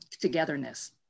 togetherness